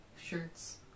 shirts